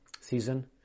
season